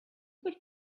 got